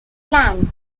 land